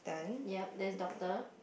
yep there's doctor